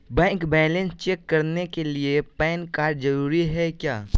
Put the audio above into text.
Bank balance check करने के लिए पैन कार्ड जरूरी है क्या?